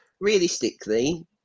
realistically